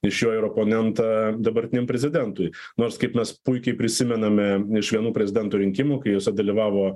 iš jo ir oponentą dabartiniam prezidentui nors kaip mes puikiai prisimename iš vienų prezidento rinkimų kai jose dalyvavo